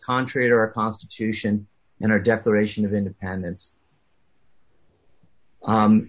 contrary to our constitution and our declaration of independence